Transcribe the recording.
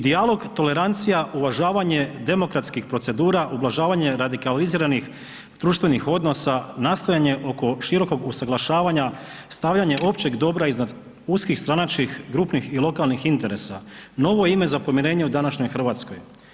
Dijalog tolerancija, uvažavanje demokratskih procedura, ublažavanje radikaliziranih društvenih odnosa nastojanje oko širokog usuglašavanja stavljanje općeg dobra iznad uskih stranačkih, grupnih i lokalnih interesa novo je ime za pomirenje u današnjoj Hrvatskoj.